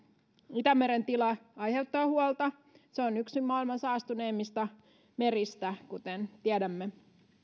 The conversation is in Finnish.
itämeren tila aiheuttaa huolta se on yksi maailman saastuneimmista meristä kuten tiedämme